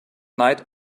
night